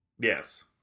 Yes